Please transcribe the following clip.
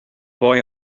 boy